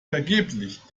vergeblich